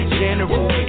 general